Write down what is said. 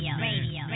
Radio